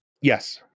Yes